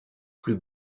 plus